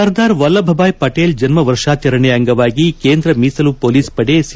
ಸರ್ದಾರ್ ವಲ್ಲಭ ಭಾಯ್ ಪಟೀಲ್ ಜನ್ನ ವರ್ಷಾಚರಣೆ ಅಂಗವಾಗಿ ಕೇಂದ್ರ ಮೀಸಲು ಹೊಲೀಸ್ ಪಡೆ ಸಿ